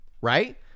right